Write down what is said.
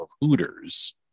Hooters